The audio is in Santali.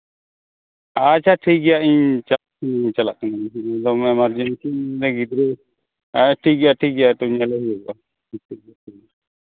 ᱟᱪᱪᱷᱟ ᱴᱷᱤᱠ ᱜᱮᱭᱟ ᱤᱧ ᱪᱟᱞᱟᱜ ᱤᱧ ᱪᱟᱞᱟᱜ ᱠᱟᱹᱱᱟᱹᱧ ᱫᱚᱢᱮ ᱮᱢᱟᱨᱡᱮᱱᱥᱤᱢ ᱞᱟᱹᱭ ᱮᱫᱟ ᱜᱤᱫᱽᱨᱟᱹ ᱦᱮᱸ ᱴᱷᱤᱠ ᱜᱮᱭᱟ ᱴᱷᱤᱠ ᱜᱮᱭᱟ ᱛᱳ ᱧᱮᱞᱮ ᱦᱩᱭᱩᱜᱼᱟ ᱱᱤᱛᱚᱜ ᱜᱮ